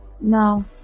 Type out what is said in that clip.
No